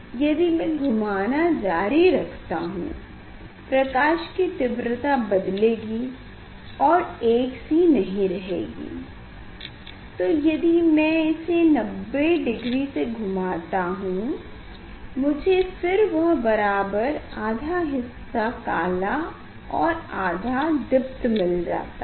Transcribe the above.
यदि में घुमना जारी रखता हूँ प्रकाश कि तीव्रता भी बदलेगी और एक सी नहीं रहेगी तो यदि मैं इसे 90 डिग्री से घूमता हूँ मुझे फिर वह बराबर आधा हिस्सा काला व आधा दीप्त मिल जाता है